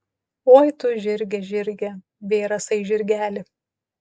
oi tu žirge žirge bėrasai žirgeli